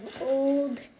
old